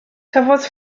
cafodd